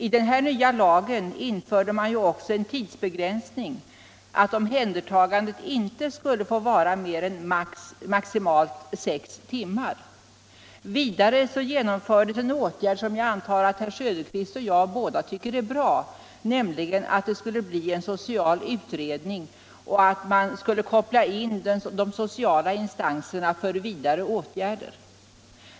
I den nya lagen införde man ju också en tidsbegränsning, nämligen att omhändertagandet inte skulle få vara mer än maximalt sex timmar. Vidare genomfördes en åtgärd som jag antar att herr Söderqvist liksom jag tycker är bra, nämligen att det skulle företas en social utredning och att de sociala instanserna skulle kopplas in för vidare åtgärder.